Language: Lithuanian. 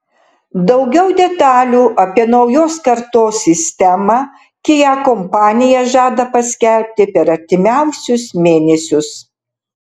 daugiau detalių apie naujos kartos sistemą kia kompanija žada paskelbti per artimiausius mėnesius